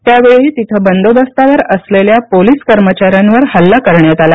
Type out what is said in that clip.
त्यावेळी तिथं बंदोबस्तावर असलेल्या पोलिस कर्मचाऱ्यांवर हल्ला करण्यात आला